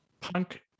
punk